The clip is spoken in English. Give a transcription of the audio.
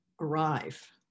arrive